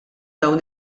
dawn